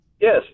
Yes